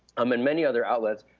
um and many other outlets,